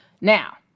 Now